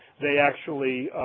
they actually,